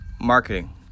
marketing